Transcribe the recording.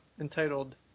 entitled